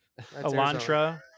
Elantra